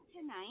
tonight